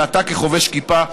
ואתה כחובש כיפה,